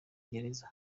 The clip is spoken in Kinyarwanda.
gereza